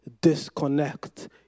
disconnect